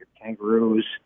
kangaroos